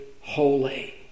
holy